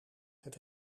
het